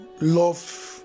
love